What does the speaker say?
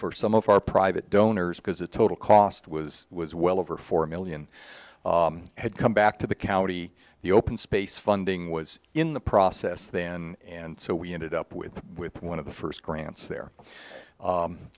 for some of our private donors because the total cost was was well over four million had come back to the county the open space funding was in the process then and so we ended up with with one of the first grants there